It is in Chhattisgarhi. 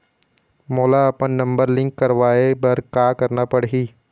मोला अपन नंबर लिंक करवाये बर का करना पड़ही?